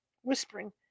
whispering